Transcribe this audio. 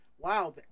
Wow